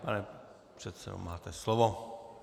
Pane předsedo, máte slovo.